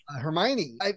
Hermione